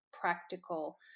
practical